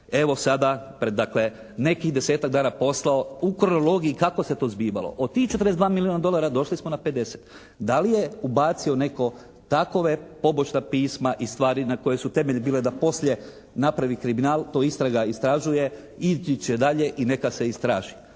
evo sada pred dakle nekih 10-tak dana poslao u kronologiji kako se to zbivalo. Od tih 42 milijona dolara došli smo na 50. Da li je ubacio netko takove pobočna pisma i stvari na koje su temelji bile da poslije napravi kriminal, to istraga istražuje, ići će dalje i neka se istraži,